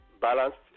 balanced